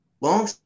long